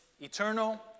eternal